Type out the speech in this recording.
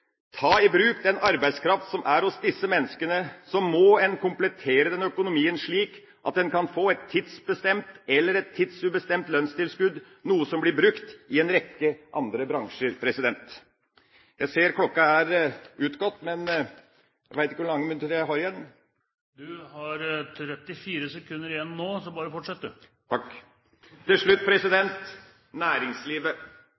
ta i bruk den arbeidskraften som er hos disse menneskene, må en komplettere økonomien slik at arbeidsgiveren kan få et tidsbestemt eller et tidsubestemt lønnstilskudd, noe som blir brukt i en rekke andre bransjer. Jeg ser klokka er utgått. Jeg vet ikke hvor mange minutter jeg har igjen. Du har 34 sekunder igjen nå, så bare fortsett du. Til slutt